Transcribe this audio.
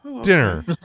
dinner